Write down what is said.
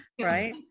right